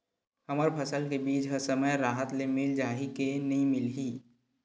हमर फसल के बीज ह समय राहत ले मिल जाही के नी मिलही?